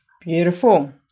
Beautiful